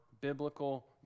biblical